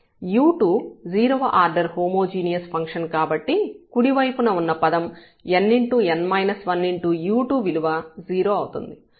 u2 0 వ order homogeneous function కాబట్టి కుడి వైపున పదం n u2 విలువ 0 అవుతుంది